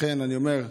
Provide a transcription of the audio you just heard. לכן אני אומר,